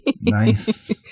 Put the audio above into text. Nice